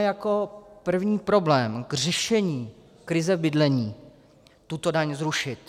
Pojďme jako první problém k řešení krize bydlení tuto daň zrušit.